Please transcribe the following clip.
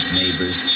neighbors